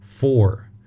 Four